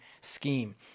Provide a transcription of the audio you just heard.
scheme